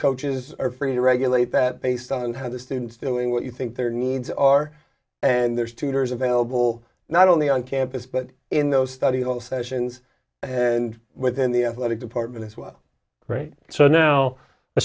coaches are free to regulate that based on how the students doing what you think their needs are and there's tutors available not only on campus but in those study hall sessions and within the athletic department as well right so now the